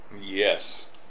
Yes